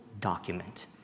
document